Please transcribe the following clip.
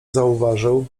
zauważył